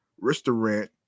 Restaurant